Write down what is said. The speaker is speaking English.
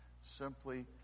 Simply